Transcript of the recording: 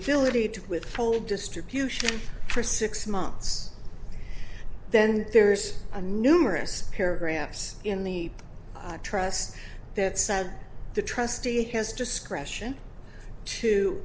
ability to withhold distribution for six months then there's a numerous paragraphs in the trust that said the trustee has discretion to